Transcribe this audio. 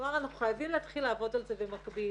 כלומר, אנחנו חייבים להתחיל לעבוד על זה במקביל.